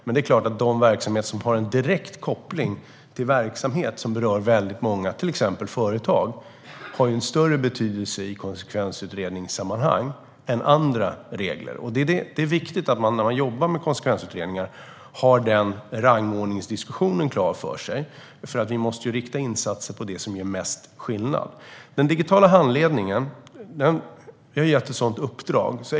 Men det är klart att de regler som har en direkt koppling till verksamheter som berör väldigt många till exempel företag har en större betydelse i konsekvensutredningssammanhang än andra regler. Det är viktigt att man när man jobbar med konsekvensutredningar har den rangordningsdiskussionen klar för sig. Vi måste ju rikta insatserna mot det som gör mest skillnad. Den digitala handledningen har vi gett ett uppdrag om.